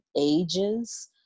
ages